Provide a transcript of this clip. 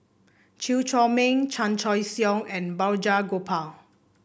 Chew Chor Meng Chan Choy Siong and Balraj Gopal